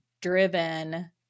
driven